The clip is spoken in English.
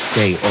Stay